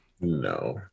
no